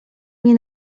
nie